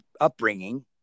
upbringing